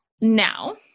Now